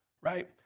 right